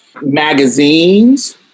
Magazines